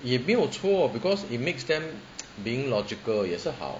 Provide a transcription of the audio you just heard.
也没有错 because it makes them being logical 也是好